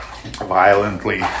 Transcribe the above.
Violently